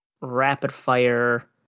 rapid-fire